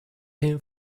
him